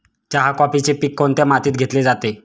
चहा, कॉफीचे पीक कोणत्या मातीत घेतले जाते?